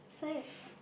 saves